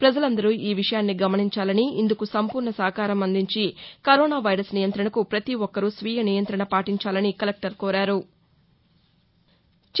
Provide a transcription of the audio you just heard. ప్రజలందరూ ఈ విషయాన్ని గమనించాలని ఇందుకు సంపూర్ణ సహకారం అందించి కరోనా వైరస్ నియంత్రణకు ప్రపతీ ఒక్కరూ స్వీయ నియంతణ పాటించాలని కలెక్టర్ కోరారు